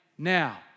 Now